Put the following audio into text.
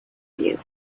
you